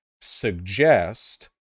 suggest